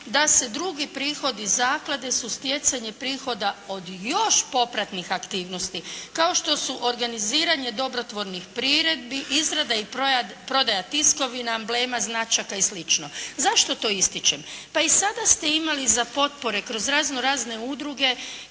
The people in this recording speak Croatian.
da se drugi prihodi zaklade su stjecanje prihoda od još popratnih aktivnosti, kao što su organiziranje dobrotvornih priredbi, izrada i prodaja tiskovina, amblema, značaka i slično. Zašto to ističem? Pa i sada ste imali za potpore razno razne udruge